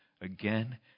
again